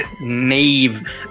nave